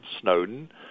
Snowden